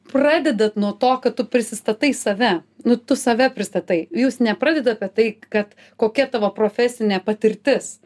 pradedat nuo to kad tu prisistatai save nu tu save pristatai jūs nepradedat apie tai kad kokia tavo profesinė patirtis